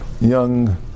young